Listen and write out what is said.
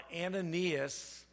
Ananias